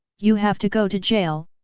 you have to go to jail,